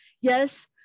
yes